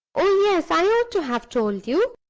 oh, yes! i ought to have told you.